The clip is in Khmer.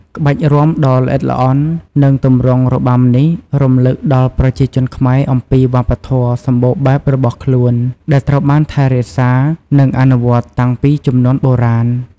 ក្បាច់រាំដ៏ល្អិតល្អន់ និងទម្រង់របាំនេះ រំលឹកដល់ប្រជាជនខ្មែរអំពីវប្បធម៌សម្បូរបែបរបស់ខ្លួន ដែលត្រូវបានថែរក្សា និងអនុវត្តតាំងពីជំនាន់បុរាណ។